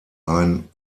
ein